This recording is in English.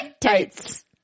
tights